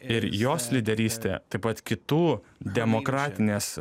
ir jos lyderyste taip pat kitų demokratinės